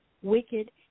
Wicked